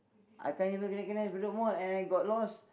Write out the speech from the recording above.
I can't even recognise Bedok Mall and and I got lost